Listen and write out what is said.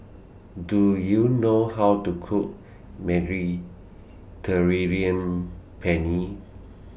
Do YOU know How to Cook Mediterranean Penne